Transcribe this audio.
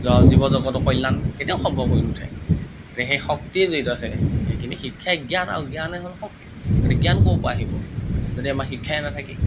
জড় জীৱজগতৰ কল্যাণ কেতিয়াও সম্ভৱ হৈ নুঠে গতিকে সেই শক্তি যিটো আছে সেইখিনি শিক্ষাই জ্ঞান আৰু জ্ঞান হ'ল শক্তি গতিকে জ্ঞান ক'ৰ পৰা আহিব যদি আমাৰ শিক্ষাই নাথাকে